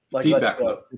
Feedback